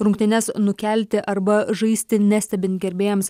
rungtynes nukelti arba žaisti nestebint gerbėjams